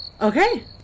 Okay